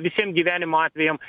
visiem gyvenimo atvejams